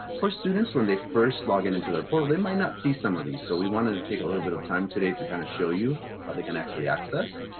for students, when they first log in into their portal, they might not see some of these. so we wanted to take a little bit of time today to kind of show you how they can actually access.